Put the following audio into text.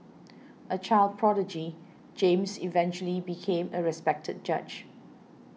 a child prodigy James eventually became a respected judge